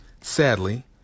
Sadly